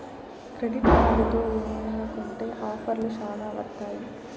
credit కార్డుతో ఏమైనా కొంటె ఆఫర్లు శ్యానా వత్తాయి